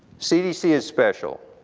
cdc is special,